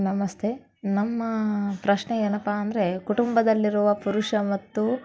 ನಮಸ್ತೆ ನಮ್ಮ ಪ್ರಶ್ನೆ ಏನಪ್ಪ ಅಂದರೆ ಕುಟುಂಬದಲ್ಲಿರುವ ಪುರುಷ ಮತ್ತು